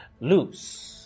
loose